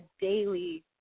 daily